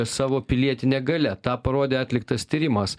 savo pilietine galia tą parodė atliktas tyrimas